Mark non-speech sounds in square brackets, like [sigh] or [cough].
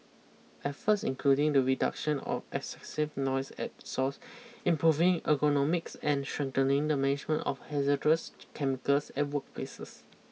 efforts including the reduction of excessive noise at source improving ergonomics and strengthening the management of hazardous [unintelligible] chemicals at workplaces